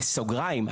בסוגריים,